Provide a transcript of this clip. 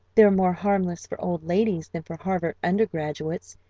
they're more harmless for old ladies than for harvard undergraduates,